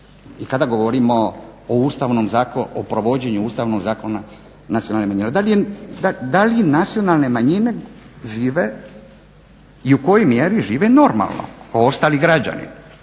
i kada govorimo o provođenju Ustavnog zakona nacionalne manjine. Da li nacionalne manjine žive i u kojoj mjeri žive normalno kao ostali građani